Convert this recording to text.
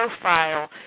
profile